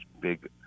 big